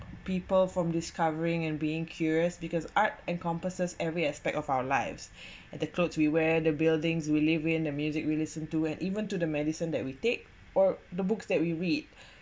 people from discovering and being curious because art encompasses every aspect of our lives and the clothes we wear the buildings we live in the music we listen to and even to the medicine that we take or the books that we read